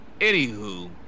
Anywho